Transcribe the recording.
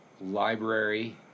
library